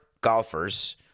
golfers